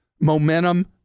momentum